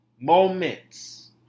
moments